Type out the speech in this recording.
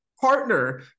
partner